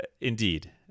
indeed